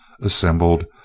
assembled